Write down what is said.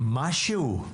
משהו?